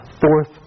fourth